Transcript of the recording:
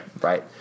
right